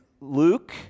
Luke